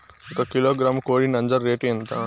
ఒక కిలోగ్రాము కోడి నంజర రేటు ఎంత?